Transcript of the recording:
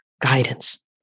guidance